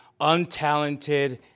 untalented